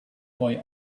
boy